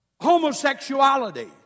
homosexuality